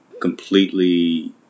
completely